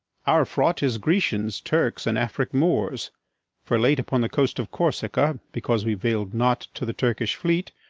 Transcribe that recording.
our fraught is grecians, turks, and afric moors for late upon the coast of corsica, because we vail'd not to the turkish fleet,